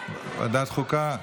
ועדת חוקה?